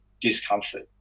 discomfort